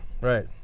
Right